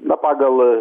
na pagal